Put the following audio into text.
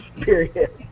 period